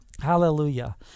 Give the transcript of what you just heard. Hallelujah